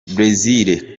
bresil